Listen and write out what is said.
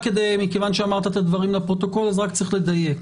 מכיוון שאמרת את הדברים לפרוטוקול, צריך לדייק.